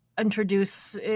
introduce